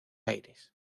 aires